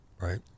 right